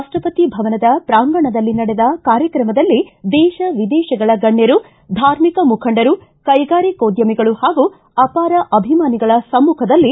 ರಾಷ್ಟಪತಿ ಭವನದ ಪ್ರಾಂಗಣದಲ್ಲಿ ನಡೆದ ಕಾರ್ಯಕ್ರಮದಲ್ಲಿ ದೇಶ ವಿದೇಶಗಳ ಗಣ್ಯರು ಧಾರ್ಮಿಕ ಮುಖಂಡರು ಕೈಗಾರಿಕೋದ್ಯಮಿಗಳು ಹಾಗೂ ಅಪಾರ ಅಭಿಮಾನಿಗಳ ಸಮ್ಮಖದಲ್ಲಿ